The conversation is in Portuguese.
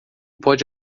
pode